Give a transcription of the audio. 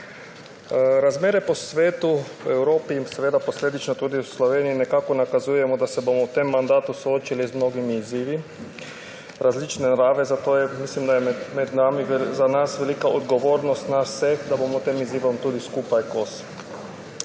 Razmere po svetu, v Evropi in posledično tudi v Sloveniji nekako nakazujejo, da se bomo v tem mandatu soočili z mnogimi izzivi različne narave, zato mislim, da je na nas velika odgovornost, nas vseh, da bomo tem izzivom skupaj kos.